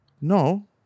No